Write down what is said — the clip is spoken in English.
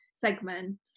segment